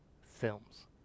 films